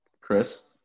Chris